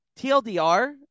TLDR